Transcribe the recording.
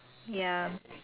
ya